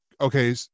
okay